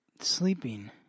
Sleeping